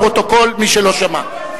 לפרוטוקול, מי שלא שמע.